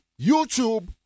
YouTube